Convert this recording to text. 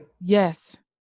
Yes